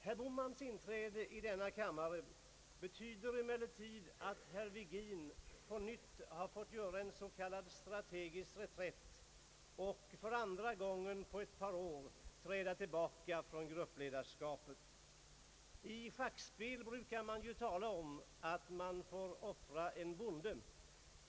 Herr Bohmans inträde i denna kammare betyder emellertid att herr Virgin på nytt har fått göra en s.k. strategisk reträtt och för andra gången på ett par år fått träda tillbaka från gruppledarskapet. I schackspel brukar man ju tala om att man får offra en bonde.